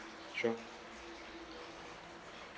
sure